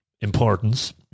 importance